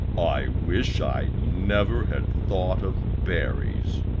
i wish i never had thought of berries,